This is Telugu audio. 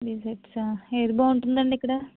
డిజెర్ట్స్ ఏది బాగుంటుంది అండి ఇక్కడ